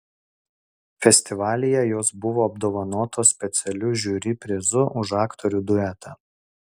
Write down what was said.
festivalyje jos buvo apdovanotos specialiu žiuri prizu už aktorių duetą